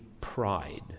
pride